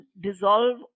dissolve